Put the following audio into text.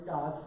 God